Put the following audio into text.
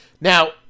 Now